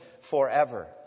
forever